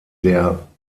der